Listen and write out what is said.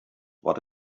what